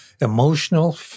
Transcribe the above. emotional